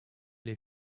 les